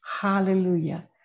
Hallelujah